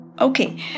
Okay